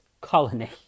colony